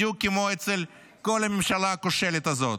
בדיוק כמו אצל כל הממשלה הכושלת הזאת.